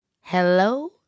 Hello